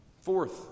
Fourth